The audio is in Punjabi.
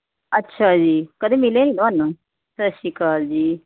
ਅੱਛਾ ਜੀ ਕਦੇ ਮਿਲੇ ਨਹੀਂ ਤੁਹਾਨੂੰ ਸਤਿ ਸ਼੍ਰੀ ਅਕਾਲ ਜੀ